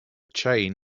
chain